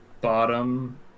bottom